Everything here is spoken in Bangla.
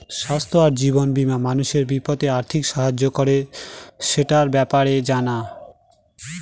স্বাস্থ্য আর জীবন বীমা মানুষের বিপদে আর্থিক সাহায্য করে, সেটার ব্যাপারে জানা